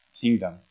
kingdom